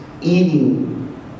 eating